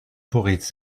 pourrait